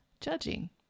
judging